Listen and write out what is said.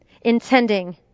intending